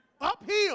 uphill